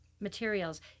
Materials